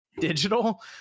digital